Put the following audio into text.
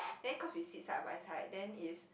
then cause we sit side by side then is